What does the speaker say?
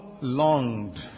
longed